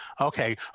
Okay